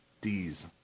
Ds